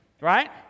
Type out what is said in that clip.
Right